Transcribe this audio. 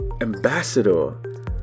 ambassador